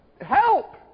help